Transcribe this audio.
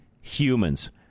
humans